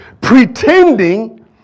pretending